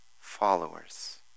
followers